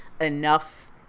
enough